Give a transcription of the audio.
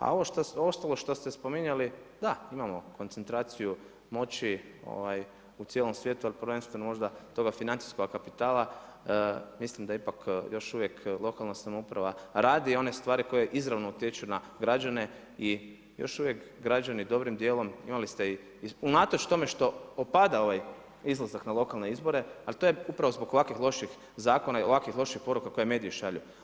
A ovo ostalo šta ste spominjali, da imamo koncentraciju moći u cijelom svijetu ali prvenstveno možda toga financijskoga kapitala mislim da ipak još uvijek lokalna samouprava radi one stvari koje izravno utječu na građane i još uvijek građani dobrim dijelom imali ste i unatoč tome što opada ovaj izlazak na lokalne izbore ali to je upravo zbog ovakvih loših zakona i ovakvih loših poruka koje mediji šalju.